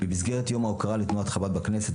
במסגרת יום ההוקרה לתנועת חב"ד בכנסת,